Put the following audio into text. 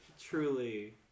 truly